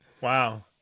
Wow